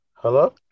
Hello